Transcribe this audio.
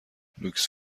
لوکس